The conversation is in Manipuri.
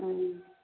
ꯎꯝ